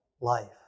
life